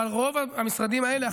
אבל רוב המשרדים האלה,